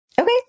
Okay